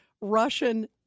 Russian